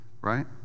right